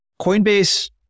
Coinbase